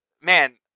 Man